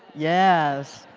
yes.